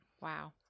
Wow